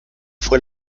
fue